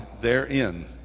therein